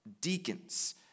deacons